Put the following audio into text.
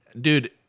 Dude